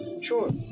Sure